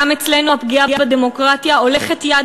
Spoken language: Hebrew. גם אצלנו הפגיעה בדמוקרטיה הולכת יד